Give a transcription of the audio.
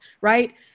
right